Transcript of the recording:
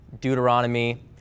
Deuteronomy